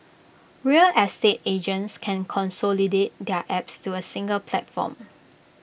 real estate agents can consolidate their apps to A single platform